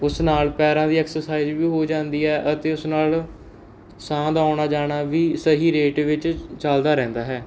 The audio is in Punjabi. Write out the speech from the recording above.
ਉਸ ਨਾਲ ਪੈਰਾਂ ਦੀ ਐਕਸਰਸਾਈਜ਼ ਵੀ ਹੋ ਜਾਂਦੀ ਹੈ ਅਤੇ ਉਸ ਨਾਲ ਸਾਹ ਦਾ ਆਉਣਾ ਜਾਣਾ ਵੀ ਸਹੀ ਰੇਟ ਵਿੱਚ ਚੱਲਦਾ ਰਹਿੰਦਾ ਹੈ